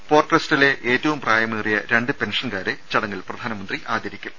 port ട്രസ്റ്റിലെ ഏറ്റവും പ്രായമേറിയ രണ്ട് പെൻഷൻകാരെ ചടങ്ങിൽ പ്രധാനമന്ത്രി ആദരിക്കും